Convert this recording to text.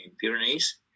Pyrenees